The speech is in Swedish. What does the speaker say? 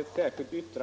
1.